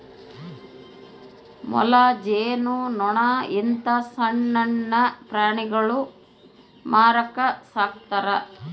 ಮೊಲ, ಜೇನು ನೊಣ ಇಂತ ಸಣ್ಣಣ್ಣ ಪ್ರಾಣಿಗುಳ್ನ ಮಾರಕ ಸಾಕ್ತರಾ